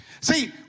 See